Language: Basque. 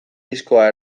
diskoa